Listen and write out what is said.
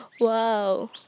Wow